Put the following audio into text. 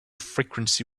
frequency